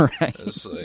Right